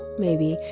maybe.